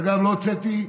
ואגב, לא הוצאתי,